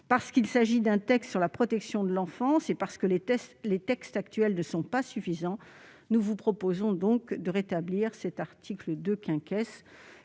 Parce qu'il s'agit d'un projet de loi sur la protection de l'enfance et parce que les textes actuels ne sont pas suffisants, nous vous proposons de rétablir l'article 2. Nous